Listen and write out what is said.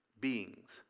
beings